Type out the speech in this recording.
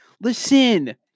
Listen